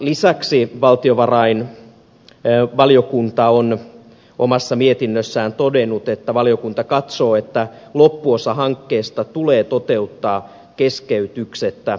lisäksi valtiovarainvaliokunta on omassa mietinnössään todennut että valiokunta katsoo että loppuosa hankkeesta tulee toteuttaa keskeytyksettä